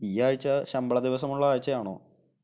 ഈ ആഴ്ച ശമ്പള ദിവസമുള്ള ആഴ്ചയാണോ